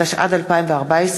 התשע"ד 2014,